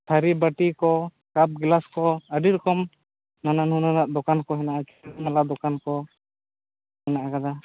ᱛᱷᱟᱹᱨᱤ ᱵᱟᱹᱴᱤ ᱠᱚ ᱠᱟᱯ ᱜᱞᱟᱥ ᱠᱚ ᱟᱹᱰᱤ ᱨᱚᱠᱚᱢ ᱱᱟᱱᱟ ᱦᱩᱱᱟᱹᱨᱟᱜ ᱫᱚᱠᱟᱱ ᱠᱚ ᱦᱮᱱᱟᱜᱼᱟ ᱪᱩᱲᱤ ᱢᱟᱞᱟ ᱫᱚᱠᱟᱱ ᱠᱚ ᱦᱮᱱᱟᱜ ᱟᱠᱟᱫᱟ